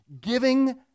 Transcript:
giving